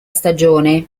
stagione